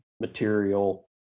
material